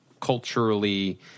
culturally